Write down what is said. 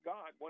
God